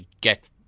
get